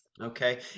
okay